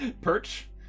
perch